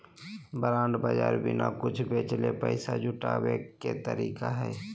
bond बाज़ार बिना कुछ बेचले पैसा जुटाबे के तरीका हइ